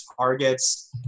targets